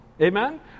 Amen